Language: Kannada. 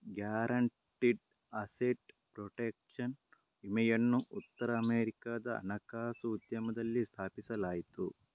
ಗ್ಯಾರಂಟಿಡ್ ಅಸೆಟ್ ಪ್ರೊಟೆಕ್ಷನ್ ವಿಮೆಯನ್ನು ಉತ್ತರ ಅಮೆರಿಕಾದ ಹಣಕಾಸು ಉದ್ಯಮದಲ್ಲಿ ಸ್ಥಾಪಿಸಲಾಯಿತು